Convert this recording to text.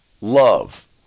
love